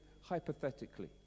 hypothetically